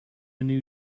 new